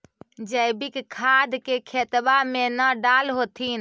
जैवीक खाद के खेतबा मे न डाल होथिं?